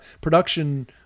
production